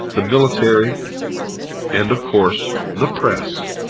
the military and, of course, the press.